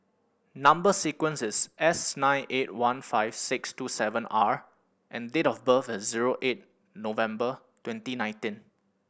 number sequence is S nine eight one five six two seven R and date of birth is zero eight November twenty nineteen